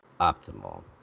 optimal